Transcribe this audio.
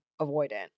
avoidant